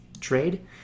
trade